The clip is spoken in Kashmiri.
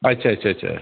اچھا اچھا اچھا